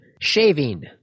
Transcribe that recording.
Shaving